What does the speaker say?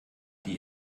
die